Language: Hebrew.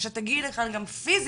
או שאת תגיעי לכאן גם פיזית,